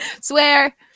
Swear